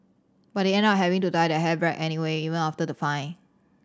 but they end up having to dye their hair black anyway even after the fine